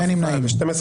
הצבעה לא אושרה נפל.